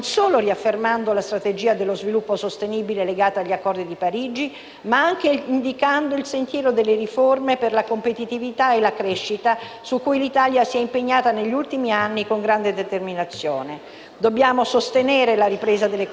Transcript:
ma anche indicando il sentiero delle riforme per la competitività e la crescita su cui l'Italia si è impegnata negli ultimi anni con grande determinazione. Dobbiamo sostenere la ripresa dell'economia europea e per questo il pacchetto delle azioni è molto nutrito e impegnativo.